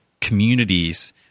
communities